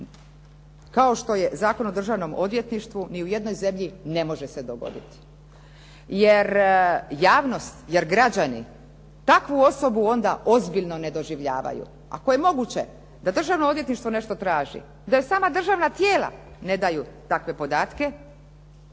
kao što je Zakon o državnom odvjetništvu ni u jednoj zemlji ne može se dogoditi jer javnost, jer građani takvu osobu onda ozbiljno ne doživljavaju. Ako je moguće da državno odvjetništvo nešto traži, da joj sama državna tijela ne daju takve podatke,